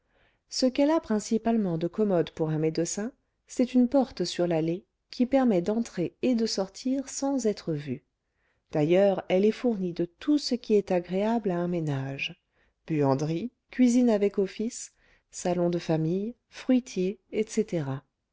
ce qu'elle a principalement de commode pour un médecin c'est une porte sur l'allée qui permet d'entrer et de sortir sans être vu d'ailleurs elle est fournie de tout ce qui est agréable à un ménage buanderie cuisine avec office salon de famille fruitier etc